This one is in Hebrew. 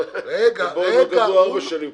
במקור הם כתבו ארבע שנים,